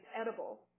edible